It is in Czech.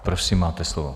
Prosím, máte slovo.